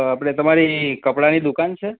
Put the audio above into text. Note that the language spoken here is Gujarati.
અં આપડે તમારી કપડાંની દુકાન છે